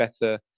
better